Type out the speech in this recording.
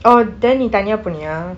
oh then நீ தனியா போனியா:ni thaniya poniya